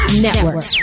Network